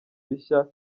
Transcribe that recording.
bishya